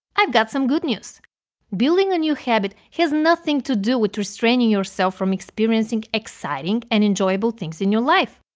i've got some good news building a new habit has nothing to do with restraining yourself from experiencing exciting and enjoyable things in your life.